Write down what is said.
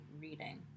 reading